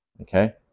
Okay